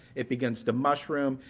it begins to mushroom.